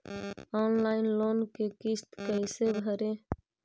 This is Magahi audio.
ऑनलाइन लोन के किस्त कैसे भरे?